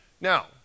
Now